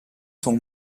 sont